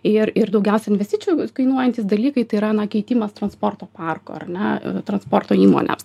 ir ir daugiausiai investicijų kainuojantys dalykai tai yra na keitimas transporto parko ar ne transporto įmonėms